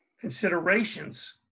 considerations